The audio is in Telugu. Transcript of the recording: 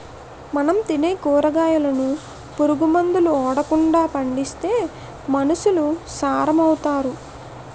మనం తినే కూరగాయలను పురుగు మందులు ఓడకండా పండిత్తే మనుసులు సారం అవుతారు